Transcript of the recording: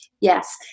yes